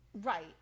Right